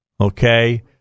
okay